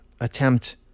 attempt